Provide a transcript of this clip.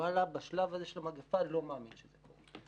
ואללה בשלב הזה של המגפה אני לא מאמין שזה קורה.